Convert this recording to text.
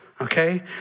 Okay